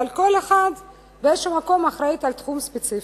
אבל כל אחת באיזה מקום אחראית לתחום ספציפי.